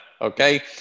Okay